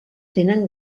tenen